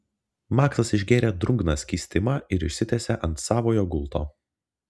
maksas išgėrė drungną skystimą ir išsitiesė ant savojo gulto